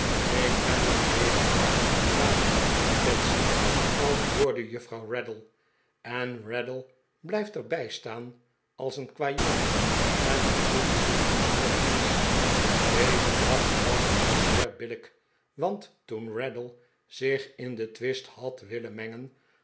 ik ben er heelemaal van ontdaan betsy antwoordde juffrouw raddle en raddle blijft er bij staan als een kwajongen en bemoeit zich met niets deze klacht was niet zeer billijk want toen raddle zich in den twist had willen mengen